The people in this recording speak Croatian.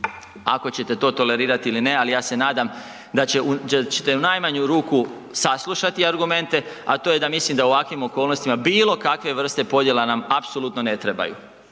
ako ćete to tolerirati ili ne, ali ja se nadam da ćete u najmanju ruku saslušati argumente a to je da mislim da u ovakvim okolnostima bilokakve vrste podjela nam apsolutno ne trebaju